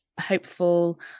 hopeful